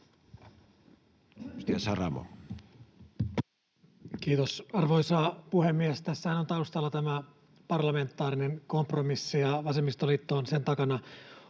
Kiitos, arvoisa puhemies! Tässähän on taustalla tämä parlamentaarinen kompromissi, ja vasemmistoliitto on sen takana